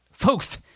Folks